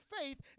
faith